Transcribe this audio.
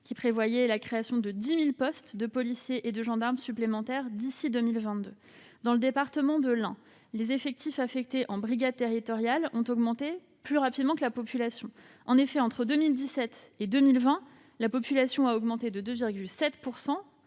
qui prévoyait la création de 10 000 postes de policiers et de gendarmes supplémentaires d'ici à 2022. Dans le département de l'Ain, les effectifs affectés en brigades territoriales ont ainsi augmenté plus rapidement que la population. En effet, entre 2017 et 2020, la population a augmenté de 2,7